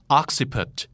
occiput